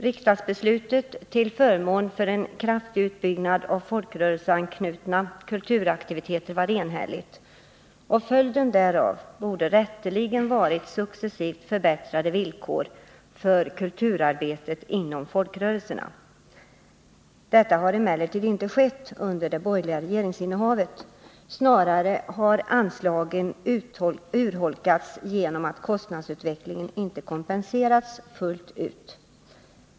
Riksdagsbeslutet till förmån för en kraftig utbyggnad av folkrörelseanknutna kulturaktiviteter var enhälligt, och följden därav borde rätteligen ha varit successivt förbättrade villkor för kulturarbetet inom folkrörelserna. Detta har emellertid inte skett under det borgerliga regeringsinnehavet. Snarare har anslagen urholkats genom att kostnadsutvecklingen inte kompenserats fullt ut.